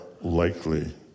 likely